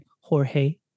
Jorge